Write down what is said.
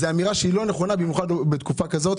זה אמירה שהיא לא נכונה במיוחד בתקופה כזאת.